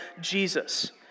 Jesus